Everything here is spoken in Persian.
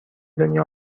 دنیا